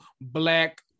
Black